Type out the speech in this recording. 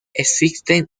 existen